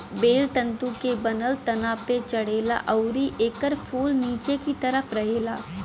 बेल तंतु के बनल तना पे चढ़ेला अउरी एकर फूल निचे की तरफ रहेला